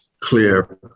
clear